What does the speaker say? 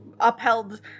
upheld